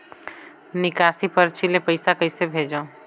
निकासी परची ले पईसा कइसे भेजों?